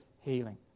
healing